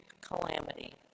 calamity